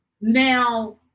now